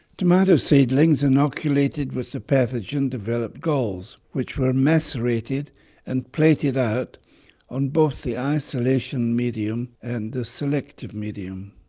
tomato seedlings inoculated with the pathogen developed galls which were macerated and plated out on both the isolation medium and the selective medium.